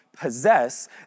possess